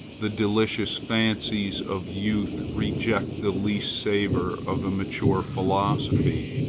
the delicious fancies of youth reject the least savor of a mature philosophy,